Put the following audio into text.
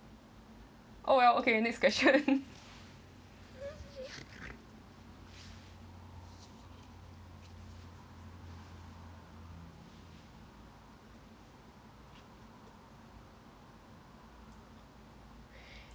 oh well okay next question